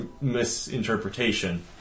misinterpretation